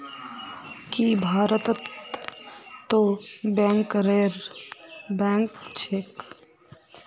की भारतत तो बैंकरेर बैंक छेक